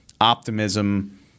optimism